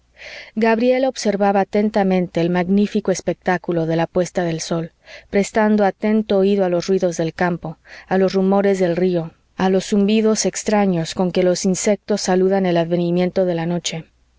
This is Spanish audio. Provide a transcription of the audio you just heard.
gabriela observaba atentamente el magnífico espectáculo de la puesta del sol prestando atento oído a los ruidos del campo a los rumores del río a los zumbidos extraños con que los insectos saludan el advenimiento de la noche